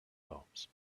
palms